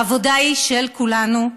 העבודה היא של כולנו,